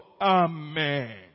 Amen